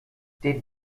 den